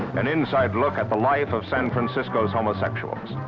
an inside look at the life of san francisco's homosexuals.